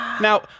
Now